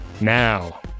now